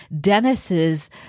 Dennis's